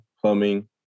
plumbing